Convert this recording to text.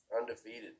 Undefeated